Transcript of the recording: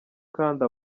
kandi